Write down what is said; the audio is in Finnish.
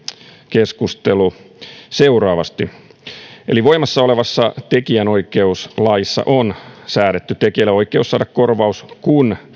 keskustelu ja tähän voin kommentoida seuraavasti voimassa olevassa tekijänoikeuslaissa on säädetty tekijälle oikeus saada korvaus kun